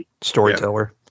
storyteller